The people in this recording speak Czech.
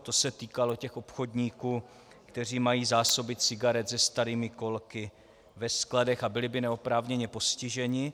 To se týkalo těch obchodníků, kteří mají zásoby cigaret se starými kolky ve skladech a byli by neoprávněně postiženi.